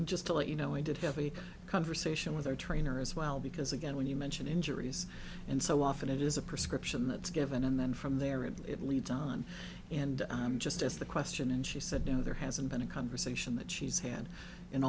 just to let you know we did have a conversation with our trainer as well because again when you mention injuries and so often it is a prescription that's given and then from there it leads on and just as the question and she said no there hasn't been a conversation that she's had in